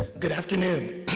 good afternoon.